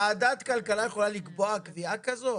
ועדת הכלכלה יכולה לקבוע קביעה שכזו?